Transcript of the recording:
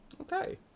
Okay